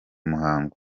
muhango